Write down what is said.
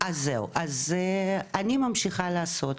אני ממשיכה לעשות,